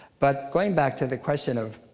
but going back to the question of,